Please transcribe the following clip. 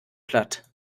platt